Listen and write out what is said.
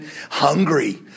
hungry